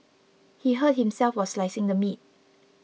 he hurt himself while slicing the meat